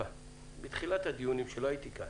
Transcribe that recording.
ינוקא בתחילת הדיונים כשלא הייתי כאן.